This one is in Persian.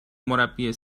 مربی